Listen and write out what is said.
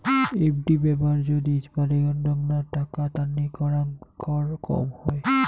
FD ব্যাপার যদি বাডেনগ্না টাকা তান্নি করাং কর কম হই